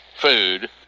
food